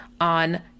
on